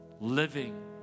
living